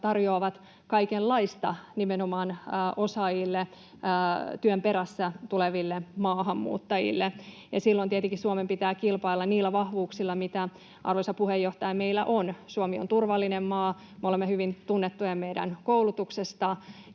tarjoavat kaikenlaista nimenomaan osaajille, työn perässä tuleville maahanmuuttajille, ja silloin tietenkin Suomen pitää kilpailla niillä vahvuuksilla, mitä, arvoisa puheenjohtaja, meillä on. Suomi on turvallinen maa. Me olemme hyvin tunnettuja meidän koulutuksestamme